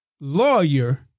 lawyer